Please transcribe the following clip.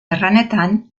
erranetan